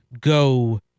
go